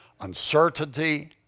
uncertainty